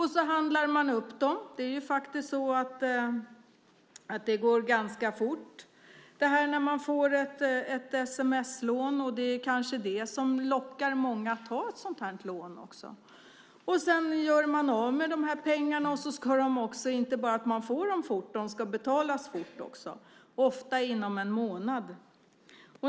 Sedan handlar man upp dem. Det går ganska fort när man får ett sms-lån. Kanske är det detta som lockar många att ta ett sådant här lån. Man gör alltså av med pengarna. Men man får dem inte bara fort. De ska också betalas fort, ofta inom en månad.